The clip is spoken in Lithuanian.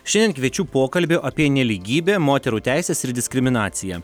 šiandien kviečiu pokalbiui apie nelygybę moterų teises ir diskriminaciją